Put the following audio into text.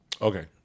Okay